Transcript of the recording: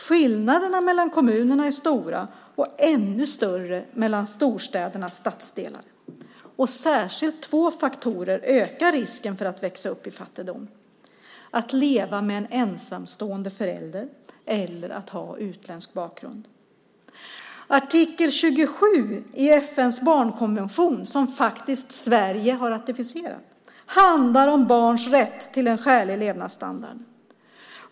Skillnaderna mellan kommunerna är stora, och ännu större är de mellan storstädernas stadsdelar. Särskilt två faktorer ökar risken för att växa upp i fattigdom: att leva med en ensamstående förälder och att ha utländsk bakgrund. Artikel 27 i FN:s barnkonvention, som Sverige faktiskt har ratificerat, handlar om barns rätt till en skälig levnadsstandard.